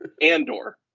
Andor